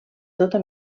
tota